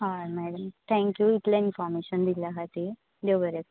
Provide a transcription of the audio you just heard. हय madam thank you इतलें information दिल्या खातीर देव बरें